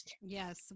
Yes